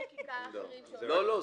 לא, לא.